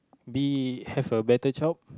be have a better job